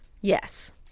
yes